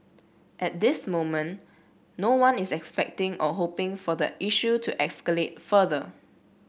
at this moment no one is expecting or hoping for the issue to escalate further